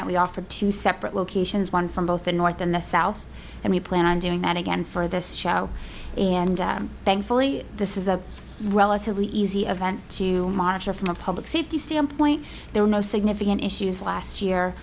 that we offer two separate locations one from both the north and the south and we plan on doing that again for this show and thankfully this is a relatively easy event to monitor from a public safety standpoint there are no significant issues last year